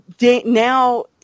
now